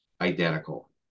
identical